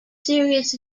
serious